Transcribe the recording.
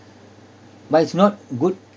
but it's not good